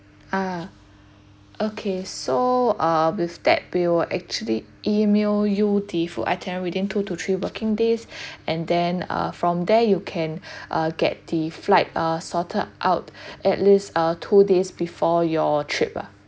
ah okay so uh with that we will actually email you the full itinerary within two to three working days and then uh from there you can uh get the flight uh sorted out at least uh two days before your trip ah